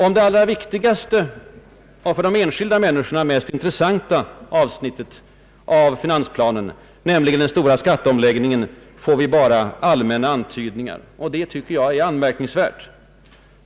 Om det allra viktigaste och för de enskilda människorna mest intressanta avsnittet av finansplanen, nämligen den stora skatteomläggningen, får vi bara allmänna antydningar, och det tycker jag är anmärkningsvärt.